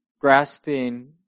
grasping